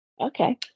Okay